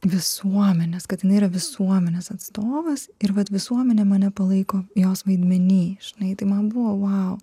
visuomenės kad jinai yra visuomenės atstovas ir vat visuomenė mane palaiko jos vaidmeny žinai tai man buvo vau